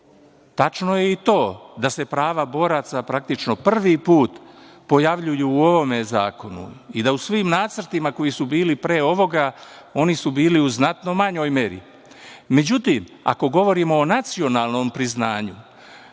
tačno je i to da se prava boraca praktično prvi put pojavljuju u ovome zakonu i da u svim nacrtima koji su bili pre ovoga, oni su bili u znatno manjoj meri. Međutim, ako govorimo o nacionalnom priznanju,